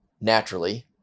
Naturally